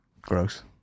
Gross